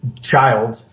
child